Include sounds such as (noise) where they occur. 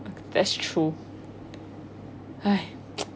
that's true (breath) (noise)